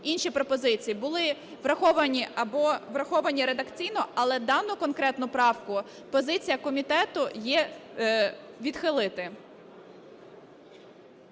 інші пропозиції були враховані або враховані редакційно, але дану конкретну правку позиція комітету є відхилити.